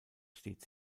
steht